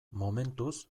momentuz